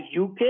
UK